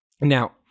Now